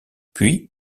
puis